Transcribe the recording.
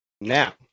Now